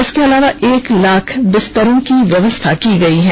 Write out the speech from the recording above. इसके अलावा एक लाख बिस्तरों की व्यवस्था की गई है